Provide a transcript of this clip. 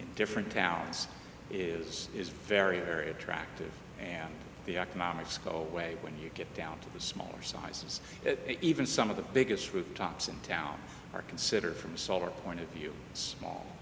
in different towns is is very very attractive and the economics go away when you get down to the smaller sizes even some of the biggest rooftops in town are considered from solar point of view small